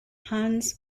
hannes